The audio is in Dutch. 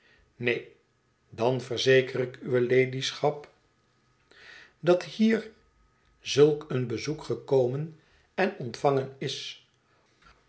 neen dan verzeker ik uwe ladyschap dat hier zulk een bezoek gekomen en ontvangen is